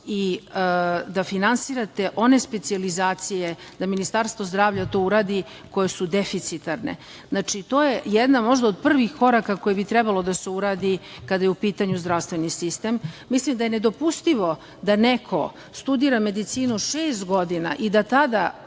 i da finansirate one specijalizacije, da Ministarstvo zdravlja to uradi, koje su deficitarne. Znači, to je jedan možda od privih koraka koji bi trebalo da se uradi kada je u pitanju zdravstveni sistem. Mislim da je nedopustivo da neko studira medicinu šest godina i da tada